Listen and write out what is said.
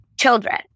children